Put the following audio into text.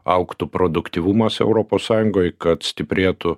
augtų produktyvumas europos sąjungoj kad stiprėtų